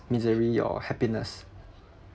misery your happiness